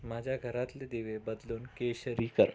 माझ्या घरातले दिवे बदलून केशरी कर